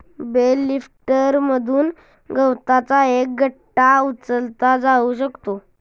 bell लिफ्टरमधून गवताचा एक गठ्ठा उचलला जाऊ शकतो